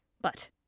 But